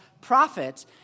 prophets